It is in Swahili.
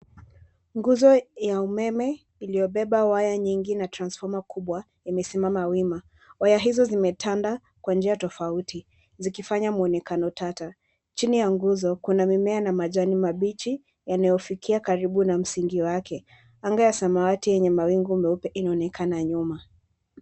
Nguzo ya umeme iliyo beba waya nyingi na transforma kubwa imesimama wima. Waya hizo zimetanda kwa njia tofauti zikifanya muonekano tata. Chini ya nguzo kuna mimiea na majani mabichi yanayofikia karibu na msingi wake. Anga ya samawati yenye mawingu meupe inaonekana nyuma.